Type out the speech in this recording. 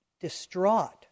distraught